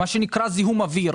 מה שנקרא זיהום אוויר.